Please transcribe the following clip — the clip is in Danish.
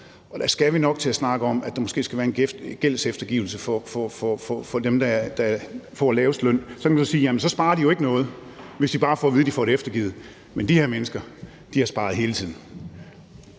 Og der skal vi nok til at snakke om, at der måske skal være en gældseftergivelse for dem, der får lavest løn. Så kan man jo sige: Jamen så sparer de jo ikke på noget, hvis de bare får at vide, at de får det eftergivet. Men de her mennesker har sparet hele tiden.